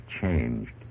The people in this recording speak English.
changed